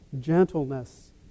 gentleness